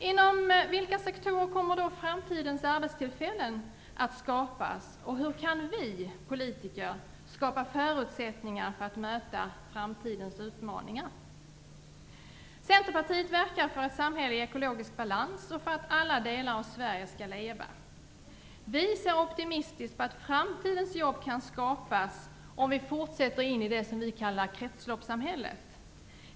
Inom vilka sektorer kommer då framtidens arbetstillfällen att skapas, och hur kan vi politiker skapa förutsättningar för att möta framtidens utmaningar? Centerpartiet verkar för ett samhälle i ekologisk balans och för att alla delar av Sverige skall leva. Vi ser optimistiskt på att framtidens jobb kan skapas om vi fortsätter in i det som vi kallar kretsloppssamhället.